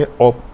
up